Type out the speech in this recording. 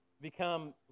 become